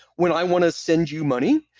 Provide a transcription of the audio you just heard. when i want to send you money,